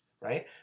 right